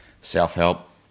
self-help